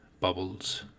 bubbles